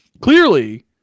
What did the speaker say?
clearly